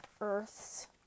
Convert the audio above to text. earth's